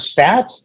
stats